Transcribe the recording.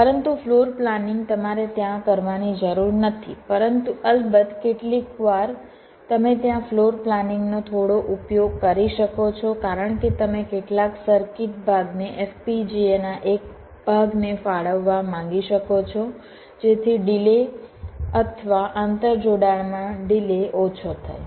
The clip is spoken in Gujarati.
પરંતુ ફ્લોરપ્લાનિંગ તમારે ત્યાં કરવાની જરૂર નથી પરંતુ અલબત્ત કેટલીકવાર તમે ત્યાં ફ્લોર પ્લાનિંગનો થોડોક ઉપયોગ કરી શકો છો કારણ કે તમે કેટલાક સર્કિટ ભાગને FPGA ના એક ભાગને ફાળવવા માગી શકો છો જેથી ડિલે આંતરજોડાણમાં ડિલે ઓછો થાય